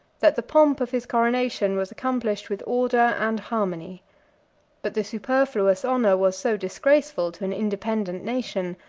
that the pomp of his coronation was accomplished with order and harmony but the superfluous honor was so disgraceful to an independent nation,